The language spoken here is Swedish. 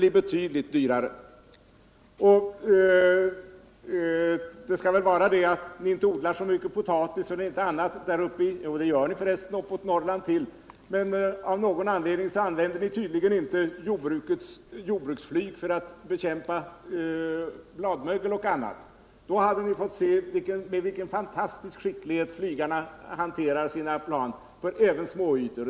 Av någon anledning använder ni tydligen inte jordbruksflyget uppe i Norrland för att bekämpa bladmögel på potatis och annat. Hade ni gjort det hade ni fått se med vilken fantastisk skicklighet flygarna hanterar sina plan även när de besprutar små ytor.